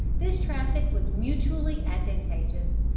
this traffic was mutually advantageous,